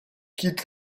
quitte